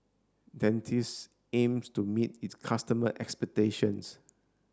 Dentiste aims to meet its customer expectations